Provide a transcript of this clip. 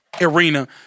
arena